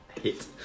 hit